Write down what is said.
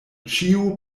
ĉiu